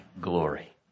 glory